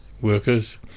workers